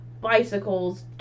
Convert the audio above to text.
bicycles